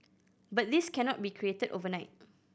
but this cannot be created overnight